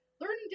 learning